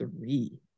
three